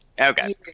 Okay